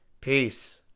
Peace